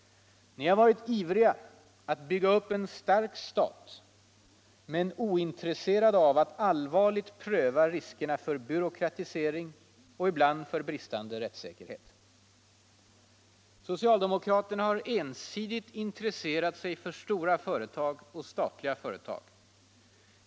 Ni har varit ivriga att bygga upp en stark stat men ointresserade av att allvarligt pröva riskerna för byråkratisering och ibland för bristande rättssäkerhet. Socialdemokraterna har ensidigt intresserat sig för stora företag och statliga företag.